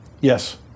Yes